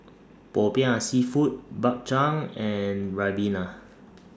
Popiah Seafood Bak Chang and Ribena